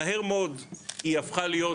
מהר מאוד היא הפכה להיות,